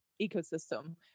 ecosystem